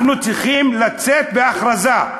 אנחנו צריכים לצאת בהכרזה,